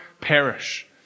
perish